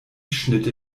schnitte